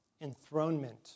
enthronement